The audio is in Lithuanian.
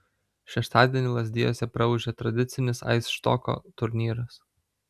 šeštadienį lazdijuose praūžė tradicinis aisštoko turnyras